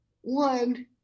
one